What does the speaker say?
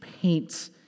paints